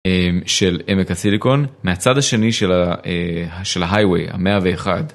של עמק הסיליקון, מהצד השני של ההייווי, המאה ואחת.